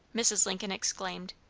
mrs. lincoln exclaimed,